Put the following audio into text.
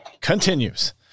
continues